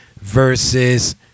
versus